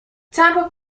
temple